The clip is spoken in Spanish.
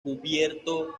cubierto